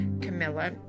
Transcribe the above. Camilla